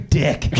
dick